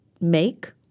make